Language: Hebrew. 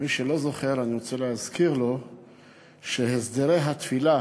מי שלא זוכר, אני רוצה להזכיר לו שהסדרי התפילה